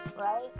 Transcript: right